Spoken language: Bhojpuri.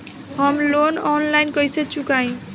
हम लोन आनलाइन कइसे चुकाई?